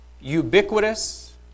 ubiquitous